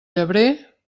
llebrer